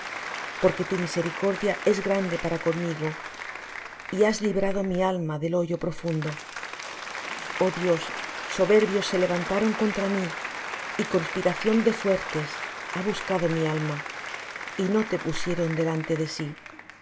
porque tu misericordia es grande para conmigo y has librado mi alma del hoyo profundo oh dios soberbios se levantaron contra mí y conspiración de fuertes ha buscado mi alma y no te pusieron delante de sí